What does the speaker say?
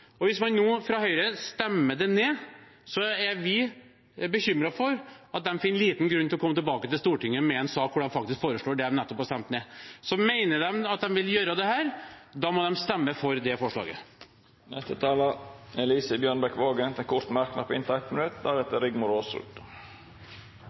Og hvis man nå stemmer det ned fra Høyre, er vi bekymret for at de finner liten grunn til å komme tilbake til Stortinget med en sak der de faktisk foreslår det de nettopp har stemt ned. Så hvis de mener at de vil gjøre dette, da må de stemme for det forslaget. Elise Bjørnebekk-Waagen har hatt ordet to ganger tidligere og får ordet til en kort merknad, begrenset til inntil 1 minutt.